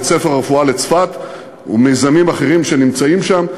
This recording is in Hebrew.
בית-ספר לרפואה בצפת ומיזמים אחרים שנמצאים שם.